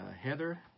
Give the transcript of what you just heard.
Heather